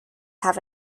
have